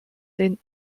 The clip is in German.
den